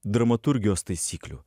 dramaturgijos taisyklių